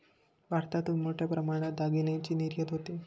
भारतातून मोठ्या प्रमाणात दागिन्यांची निर्यात होते